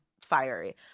fiery